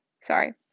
Sorry